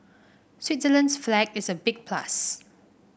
Switzerland's flag is a big plus